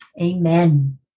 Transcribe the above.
Amen